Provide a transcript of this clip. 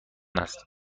است